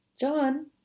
John